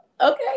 Okay